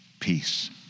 peace